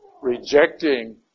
rejecting